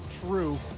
True